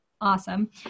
Awesome